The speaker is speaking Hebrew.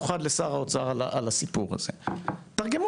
אנחנו עושים דיון ראשוני, דיון